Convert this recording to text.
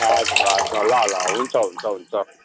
हजुर हजुर ल ल हुन्छ हुन्छ हुन्छ